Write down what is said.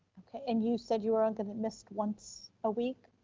okay, and you said you were only gonna mist once a week?